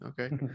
Okay